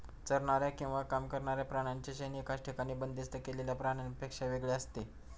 चरणाऱ्या किंवा काम करणाऱ्या प्राण्यांचे शेण एकाच ठिकाणी बंदिस्त केलेल्या प्राण्यांपेक्षा वेगळे असते